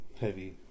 heavy